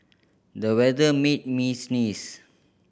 the weather made me sneeze